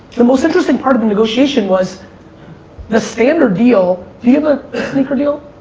the most interesting part of the negotiation was the standard deal, do you have a sneaker deal?